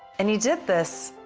and he did this